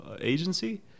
agency